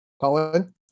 Colin